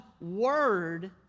Word